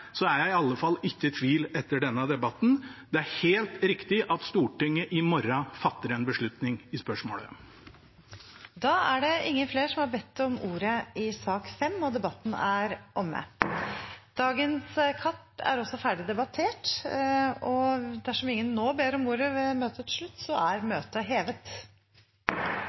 er jeg i alle fall ikke i tvil etter denne debatten. Det er helt riktig at Stortinget i morgen fatter en beslutning i spørsmålet. Flere har ikke bedt om ordet til sak nr. 5. Dermed er dagens kart ferdigbehandlet. Forlanger noen ordet før møtet heves? – Møtet er hevet.